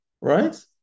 right